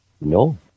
No